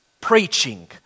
preaching